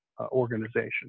organization